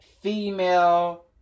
female